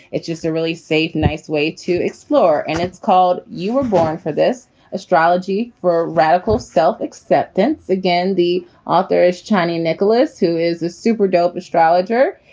it's just a really safe, nice way to explore. and it's called you were born for this astrology, for radical self acceptance. again, the author is china. nicholas, who is a super dope astrologer.